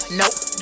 nope